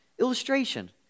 illustration